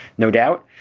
no doubt.